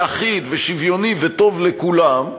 אחיד ושוויוני וטוב לכולם,